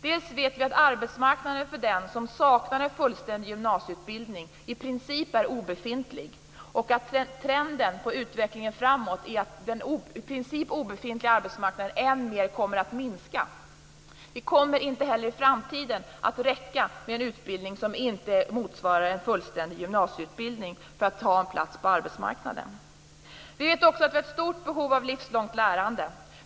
Dels vet vi att arbetsmarknaden för den som saknar en fullständig gymnasieutbildning i princip är obefintlig, dels att trenden i utvecklingen framåt är att den i princip obefintliga arbetsmarknaden än mer kommer att minska. Det kommer inte heller i framtiden att räcka med en utbildning som inte motsvarar en fullständig gymnasieutbildning för att få en plats på arbetsmarknaden. Vi vet också att det finns ett stort behov av livslångt lärande.